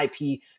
IP